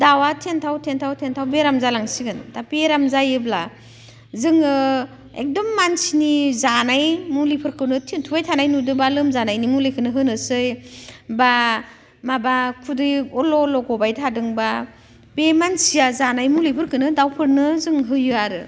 दाउवा थेनथाव थेनथाव बेराम जालांसिगोन दा बेराम जायोब्ला जोङो एकदम मानसिनि जानाय मुलिफोरखौनो थेनथावबाय थानाय नुदोंबा लोमजानायनि मुलिखौनो होनोसै बा माबा खुदै अरल' अरल' गबाय थादोंबा बे मानसिया जानाय मुलिफोरखौनो दाउफोरनो जों होयो आरो